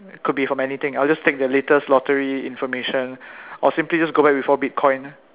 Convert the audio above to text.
could be from anything I'll just take the latest lottery information or simply just go back before bitcoin